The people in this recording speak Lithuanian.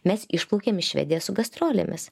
mes išplaukėm į švediją su gastrolėmis